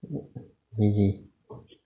G_G